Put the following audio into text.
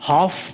Half